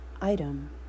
item